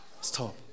stop